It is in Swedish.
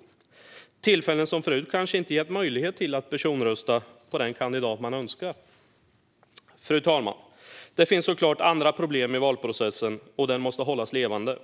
Vid dessa tillfällen har det kanske förut inte getts möjlighet att personrösta på den kandidat som man önskar rösta på. Fru talman! Det finns såklart andra problem i valprocessen. Processen måste hållas levande.